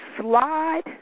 slide